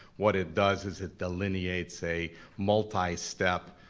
what it does is it delineates a multi-step,